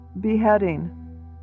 beheading